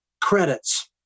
credits